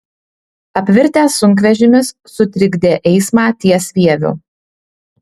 apvirtęs sunkvežimis sutrikdė eismą ties vieviu